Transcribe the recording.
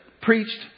preached